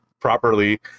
properly